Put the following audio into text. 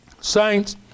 Saints